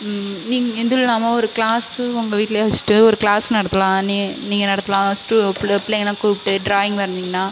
நீங்கள் இது இல்லாமல் ஒரு கிளாஸ் உங்க வீட்டில் வச்சுட்டு ஒரு கிளாஸ் நடத்தலாம் நீங் நீங்க நடத்தலாம் ஸ்டூ பு பிள்ளைங்கள கூப்பிட்டு ட்ராயிங் வரைஞ்சீங்கன்னா